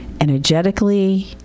energetically